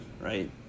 right